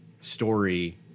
story